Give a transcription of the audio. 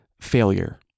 failure